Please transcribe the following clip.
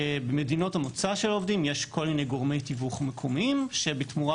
שבמדינות המוצא של העובדים יש כל מיני גורמי תיווך מקומיים שבתמורה